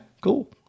cool